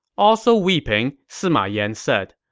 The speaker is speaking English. also weeping, sima yan said,